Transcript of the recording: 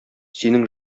синең